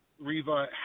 Reva